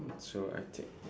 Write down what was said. so I think